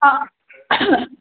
आ